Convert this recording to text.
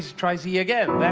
tries e again,